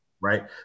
Right